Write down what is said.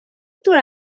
دور